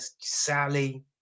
Sally